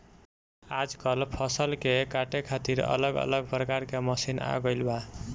आजकल फसल के काटे खातिर अलग अलग प्रकार के मशीन आ गईल बा